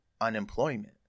unemployment